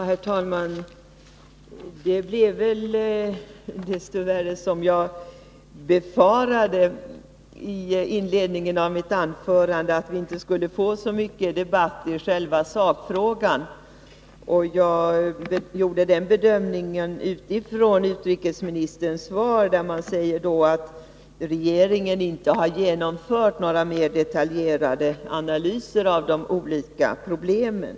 Herr talman! Dess värre måste jag konstatera att det har blivit som jag befarade i inledningen av mitt huvudanförande, att det inte skulle bli någon större debatt i själva sakfrågan. Jag gjorde den bedömningen utifrån utrikesministerns svar. I det sägs nämligen att regeringen inte har genomfört några mer detaljerade analyser av de olika problemen.